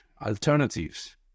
alternatives